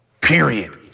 Period